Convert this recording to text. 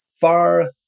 far